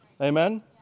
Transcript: Amen